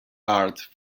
arts